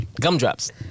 Gumdrops